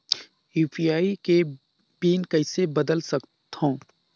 UPI के pin कइसे बदल सकथव?